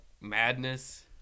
madness